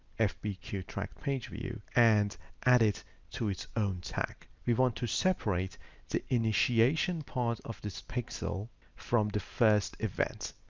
ah fb cue track page view and add it to its own tag. we want to separate the initiation part of this pixel from the first event.